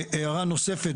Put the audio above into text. הערה נוספת,